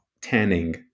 tanning